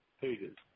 pages